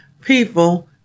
people